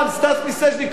סטס מיסז'ניקוב,